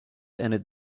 ended